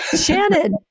Shannon